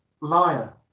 liar